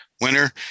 winner